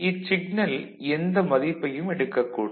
இச்சிக்னல் எந்த மதிப்பையும் எடுக்கக்கூடும்